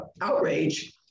outrage